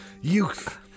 Youth